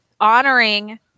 honoring